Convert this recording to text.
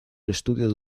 estudio